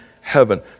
heaven